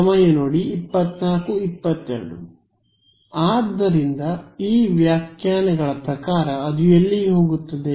ವಿದ್ಯಾರ್ಥಿ ಆದ್ದರಿಂದ ಈ ವ್ಯಾಖ್ಯಾನಗಳ ಪ್ರಕಾರ ಅದು ಎಲ್ಲಿಗೆ ಹೋಗುತ್ತದೆ